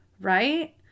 right